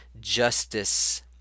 justice